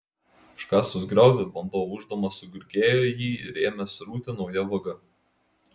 iškasus griovį vanduo ūždamas sugurgėjo į jį ir ėmė srūti nauja vaga